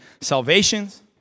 salvations